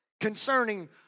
concerning